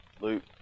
Luke